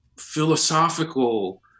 philosophical